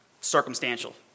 circumstantial